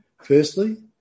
Firstly